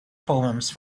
poems